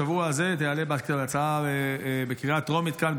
השבוע הזה תעלה הצעה בקריאה טרומית כאן,